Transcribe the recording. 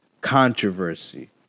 controversy